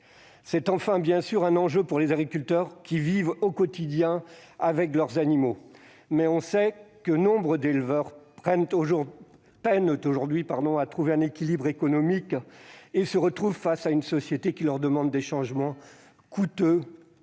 C'est aussi un enjeu pour les agriculteurs, qui vivent au quotidien avec leurs animaux. Nombre d'éleveurs peinent aujourd'hui à trouver un équilibre économique et se retrouvent face à une société qui leur demande des changements coûteux